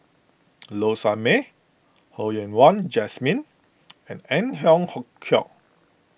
Low Sanmay Ho Yen Wah Jesmine and Ang Hiong hook Chiok